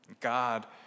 God